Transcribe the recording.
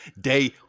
day